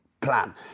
plan